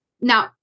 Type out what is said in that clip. Now